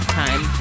time